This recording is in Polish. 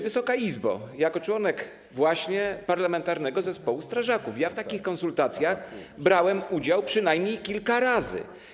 Wysoka Izbo, jako członek Parlamentarnego Zespołu Strażaków w takich konsultacjach brałem udział przynajmniej kilka razy.